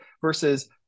versus